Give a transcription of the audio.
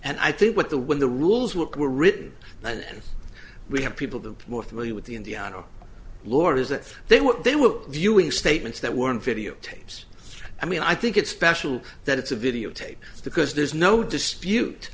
and i think what the when the rules were written and we have people the more familiar with the indiana lore is that they what they were viewing statements that were in videotapes i mean i think it's special that it's a videotape because there's no dispute